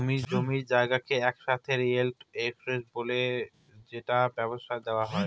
জমি জায়গাকে একসাথে রিয়েল এস্টেট বলে যেটা ব্যবসায় দেওয়া হয়